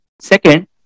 Second